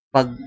Pag